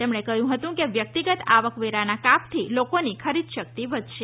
તેમણે કહ્યું હતું કે વ્યક્તિગત આવકવેરાના કાપથી લોકોની ખરીદ્યશક્તિ વધશે